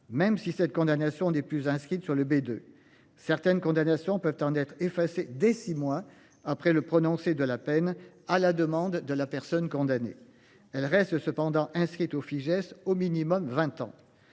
Même si cette condamnation n'est plus inscrite sur le B de certaines condamnations peuvent en être effacée des 6 mois après le prononcé de la peine à la demande de la personne condamnée elle reste cependant inscrite au Fijais au minimum 20 ans.